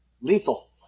lethal